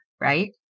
right